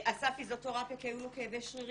עשה פיזיותרפיה כי היו לו כאבי שרירים,